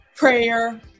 Prayer